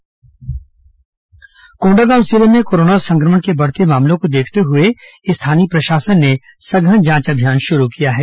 lockdown जिला कोंडागांव जिले में कोरोना संक्रमण के बढ़ते मामलों को देखते हुए स्थानीय प्रशासन ने सघन जांच अभियान शुरू किया है